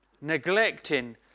Neglecting